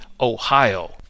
Ohio